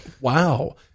Wow